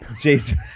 Jason